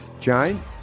Jane